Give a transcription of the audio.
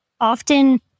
often